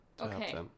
Okay